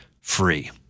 free